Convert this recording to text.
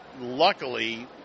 luckily